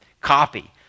copy